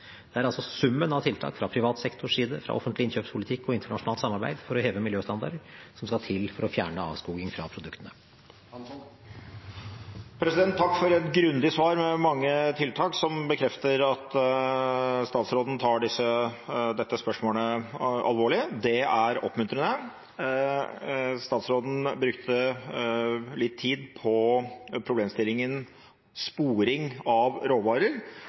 Det er altså summen av tiltak fra privat sektors side, offentlig innkjøpspolitikk og internasjonalt samarbeid for å heve miljøstandarder som skal til for å fjerne avskoging fra produktene. Takk for et grundig svar med mange tiltak, som bekrefter at statsråden tar dette spørsmålet alvorlig. Det er oppmuntrende. Statsråden brukte litt tid på problemstillingen sporing av råvarer.